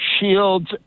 shields